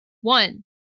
One